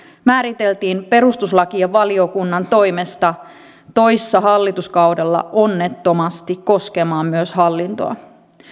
määriteltiin perustuslakivaliokunnan toimesta toissa hallituskaudella onnettomasti koskemaan myös hallintoa